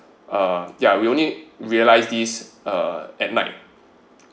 uh yeah we only realize this uh at night